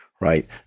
right